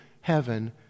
heaven